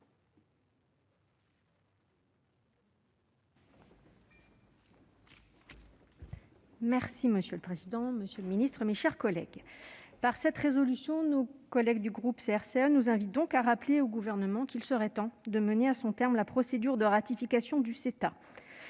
Monsieur le président, monsieur le ministre, mes chers collègues, par cette proposition de résolution, nos collègues du groupe CRCE nous invitent à rappeler au Gouvernement qu'il serait temps de mener à son terme la procédure de ratification du CETA.